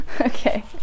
Okay